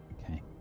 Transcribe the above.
Okay